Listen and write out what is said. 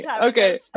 Okay